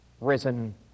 risen